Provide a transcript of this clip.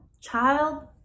Child